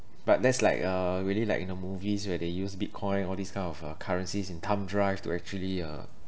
but that's like uh really like in the movies where they use bitcoin all this kind of uh currencies in thumb drive to actually uh